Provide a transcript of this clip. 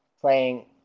playing